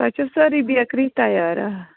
تۄہہِ چھو سٲرٕے بیکری تیار آ